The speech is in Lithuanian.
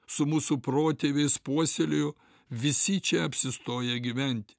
su mūsų protėviais puoselėjo visi čia apsistoję gyventi